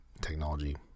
technology